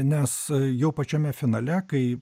nes jau pačiame finale kai